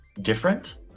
different